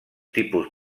tipus